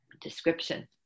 description